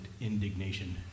indignation